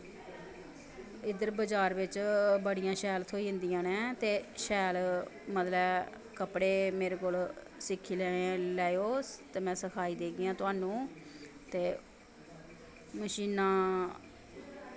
इद्धर बजार बिच बड़ियां शैल थ्होई जंदियां न ते शैल मतलब कपड़े मेरे कोल सिक्खी लैयो ते में सखाई देगी थाह्नूं ते मशीनां